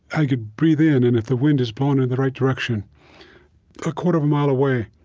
i could breathe in, and if the wind is blowing in the right direction a quarter of a mile away,